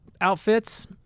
outfits